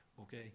okay